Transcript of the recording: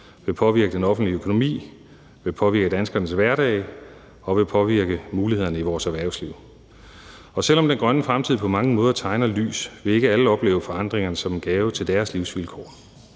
påvirke den offentlige økonomi, påvirke danskernes hverdag og påvirke mulighederne i vores erhvervsliv. Og selv om den grønne fremtid på mange måder tegner lys, vil ikke alle opleve forandringerne som en gave til deres livsvilkår.